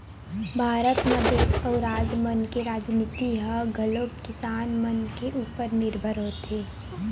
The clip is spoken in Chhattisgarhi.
भारत म देस अउ राज मन के राजनीति ह घलोक किसान मन के उपर निरभर होथे